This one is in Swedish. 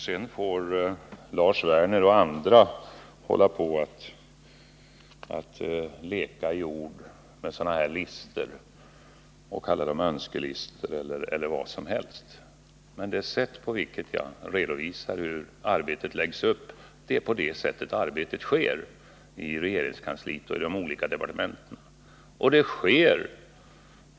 Sedan får Lars Werner och andra hålla på och leka med ord om sådana här listor och kalla dem för önskelistor eller vad som helst. Arbetet sker på det sätt som jag redovisat. Arbetet läggs upp och sker i regeringskansliet och de olika departementen på det sätt som jag redovisade.